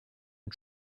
and